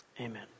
Amen